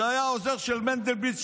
שהיה העוזר של מנדלבליט,